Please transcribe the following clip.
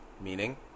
Meaning